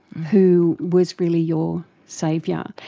who was really your saviour.